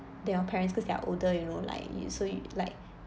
they're your parents because they're older you know like you so you like